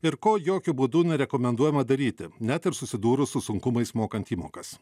ir ko jokiu būdu nerekomenduojama daryti net ir susidūrus su sunkumais mokant įmokas